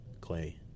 Clay